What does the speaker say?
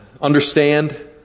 understand